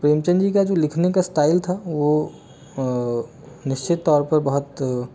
प्रेमचंद जी का जो लिखने का स्टाइल था वो निश्चित तौर पर बहुत